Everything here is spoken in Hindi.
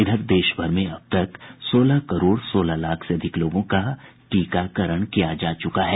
इधर देश भर में अब तक सोलह करोड़ सोलह लाख से अधिक लोगों का टीकाकरण किया जा चुका है